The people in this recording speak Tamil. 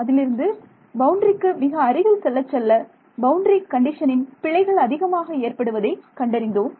அதிலிருந்து பவுண்டரிக்கு மிக அருகில் செல்லச் செல்ல பவுண்டரி கண்டிஷனில் பிழைகள் அதிகமாக ஏற்படுவதை கண்டறிந்தோம்